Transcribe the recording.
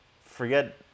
forget